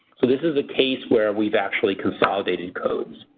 so this is a case where we've actually consolidated codes.